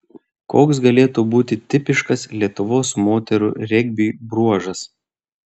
koks galėtų būti tipiškas lietuvos moterų regbiui bruožas